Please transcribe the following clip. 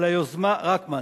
רַקמן.